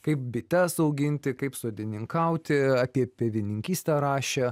kaip bites auginti kaip sodininkauti apie pievininkystę rašė